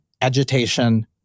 agitation